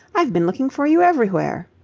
i've been looking for you everywhere.